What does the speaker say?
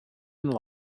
and